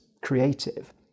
creative